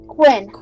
Quinn